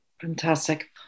Fantastic